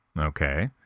okay